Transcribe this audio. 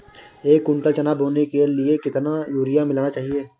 एक कुंटल चना बोने के लिए कितना यूरिया मिलाना चाहिये?